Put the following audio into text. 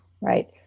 Right